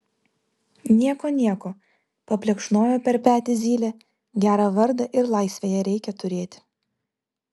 nieko nieko paplekšnojo per petį zylė gerą vardą ir laisvėje reikia turėti